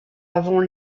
avant